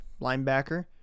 linebacker